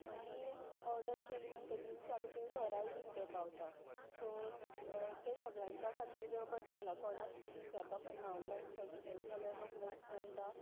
आनी ऑर्डर केली म्हणटगीर आमचे घराय बीन तें पावता सो ते सगळ्यांच्या खातीर बरें जाला कोणाक कितें विचारपा पडना ऑनलायन सर्च केलें जाल्यार रोखडेंच मेळटा